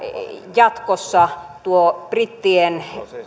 jatkossa brittien